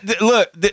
Look